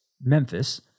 Memphis